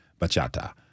bachata